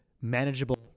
manageable